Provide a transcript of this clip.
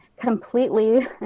completely